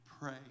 pray